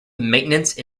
maintenance